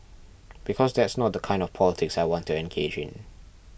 because that's not the kind of the politics I want to engage in